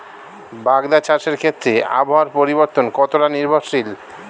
বাগদা চাষের ক্ষেত্রে আবহাওয়ার পরিবর্তন কতটা নির্ভরশীল?